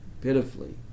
pitifully